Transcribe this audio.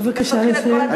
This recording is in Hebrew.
בבקשה לסיים.